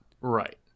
Right